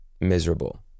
miserable